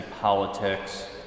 politics